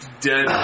dead